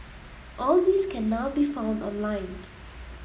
all these can now be found online